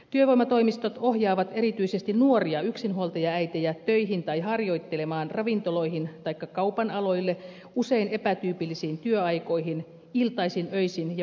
työvoimatoimistot ohjaavat erityisesti nuoria yksinhuoltajaäitejä töihin tai harjoittelemaan ravintoloihin taikka kaupan aloille usein epätyypillisiin työaikoihin iltaisin öisin ja viikonloppuisin